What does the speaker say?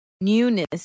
newness